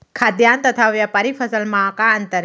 खाद्यान्न तथा व्यापारिक फसल मा का अंतर हे?